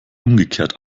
umgekehrt